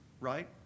right